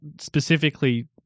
specifically